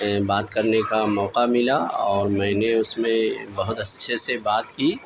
بات کرنے کا موقع ملا اور میں نے اس میں بہت اچھے سے بات کی